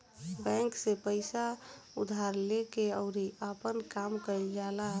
bank से पइसा उधार लेके अउरी आपन काम कईल जाला